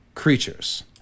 Creatures